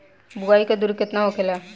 बुआई के दूरी केतना होखेला?